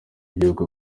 igihugu